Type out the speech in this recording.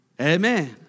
Amen